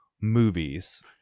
movies